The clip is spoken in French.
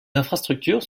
infrastructures